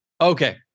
Okay